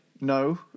no